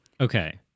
Okay